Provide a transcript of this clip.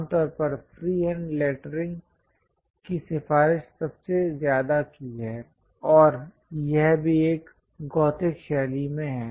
आमतौर पर freehand lettering की सिफारिश सबसे ज्यादा की है और यह भी एक गॉथिक शैली में है